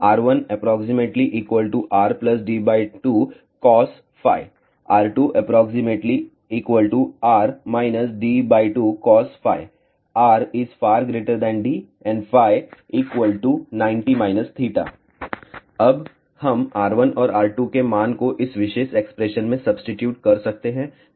r1≅rd2cos r2≅r d2cos rd90 अब हम r1 और r2 के मान को इस विशेष एक्सप्रेशन में सब्सीटीट्यूट कर सकते हैं